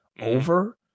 over